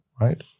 Right